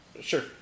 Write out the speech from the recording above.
Sure